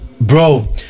Bro